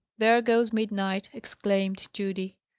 there goes midnight! exclaimed judy.